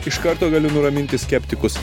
iš karto galiu nuraminti skeptikus